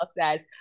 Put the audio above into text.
says